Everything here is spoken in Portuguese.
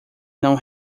não